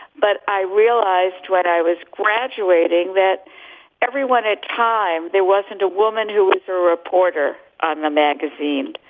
but i realized what i was graduating, that everyone had time. there wasn't a woman who was a reporter on the magazine.